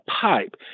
pipe